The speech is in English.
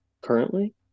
Currently